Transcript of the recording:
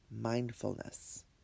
mindfulness